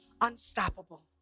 unstoppable